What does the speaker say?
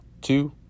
two